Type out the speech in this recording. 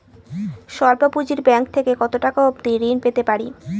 স্বল্প পুঁজির ব্যাংক থেকে কত টাকা অবধি ঋণ পেতে পারি?